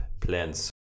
plans